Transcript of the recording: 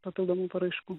papildomų paraiškų